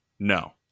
No